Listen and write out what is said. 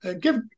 Give